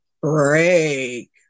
Break